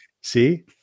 See